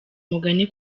umugani